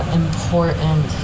important